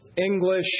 English